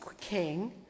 king